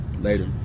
later